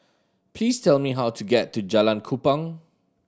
please tell me how to get to Jalan Kupang